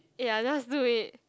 ya just do it